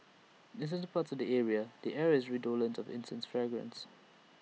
in certain parts of the area the air is redolent of incense fragrance